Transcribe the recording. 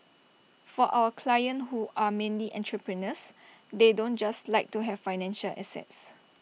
for our clients who are mainly entrepreneurs they don't just like to have financial assets